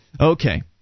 Okay